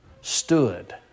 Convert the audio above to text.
stood